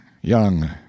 Young